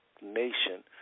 nation